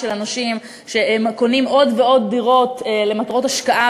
אנשים שקונים עוד ועוד דירות למטרות השקעה,